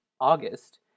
August